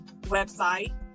website